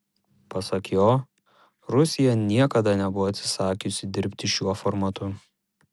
pasak jo rusija niekada nebuvo atsisakiusi dirbti šiuo formatu